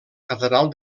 catedral